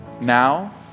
now